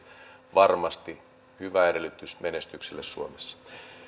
varmasti hyvä edellytys menestykselle suomessa